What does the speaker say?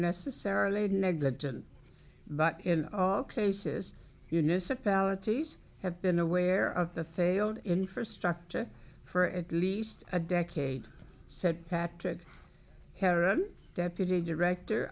necessarily negligent but in all cases unison about t's have been aware of the failed infrastructure for at least a decade said patrick heron deputy director